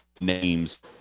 names